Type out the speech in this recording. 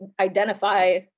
identify